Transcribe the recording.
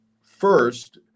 first